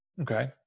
Okay